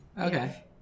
Okay